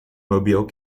mobile